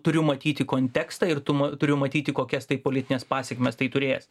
turiu matyti kontekstą ir tu turiu matyti kokias tai politines pasekmes tai turės